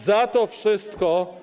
Za to wszystko.